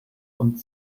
und